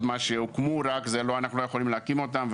שהוקמו אנחנו לא יכולים להקים אותם,